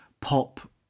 pop